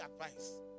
advice